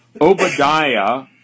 Obadiah